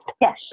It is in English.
Yes